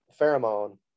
pheromone